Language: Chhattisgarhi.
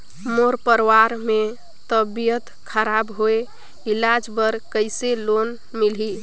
मोर परवार मे तबियत खराब हे इलाज बर कइसे लोन मिलही?